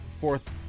Fourth